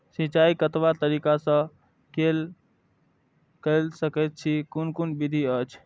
सिंचाई कतवा तरीका स के कैल सकैत छी कून कून विधि अछि?